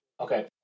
okay